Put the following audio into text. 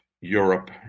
Europe